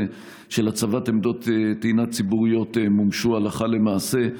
של הצבת עמדות טעינה ציבוריות מומשו הלכה למעשה.